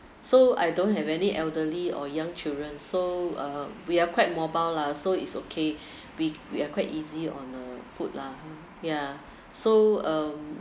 so I don't have any elderly or young children so uh we are quite mobile lah so it's okay we we are quite easy on uh food lah yeah so um